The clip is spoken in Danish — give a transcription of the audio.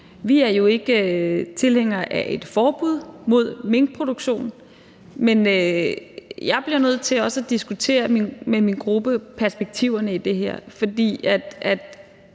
Vi er jo ikke tilhængere af et forbud mod minkproduktion, men jeg bliver nødt til også at diskutere perspektiverne i det her med